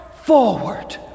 forward